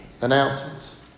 announcements